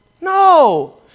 No